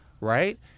Right